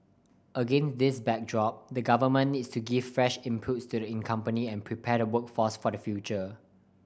again this backdrop the Government needs to give fresh impetus to the company and prepare the workforce for the future